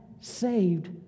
saved